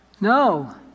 No